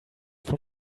from